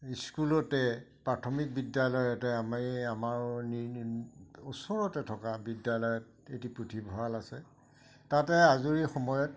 স্কুলতে প্ৰাথমিক বিদ্যালয়তে আমি আমাৰ ওচৰতে থকা বিদ্যালয়ত এটি পুথিভঁৰাল আছে তাতে আজৰি সময়ত